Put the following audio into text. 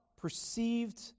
perceived